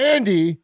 Andy